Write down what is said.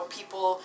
people